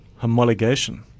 homologation